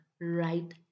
right